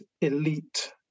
elite